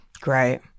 Great